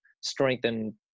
strengthen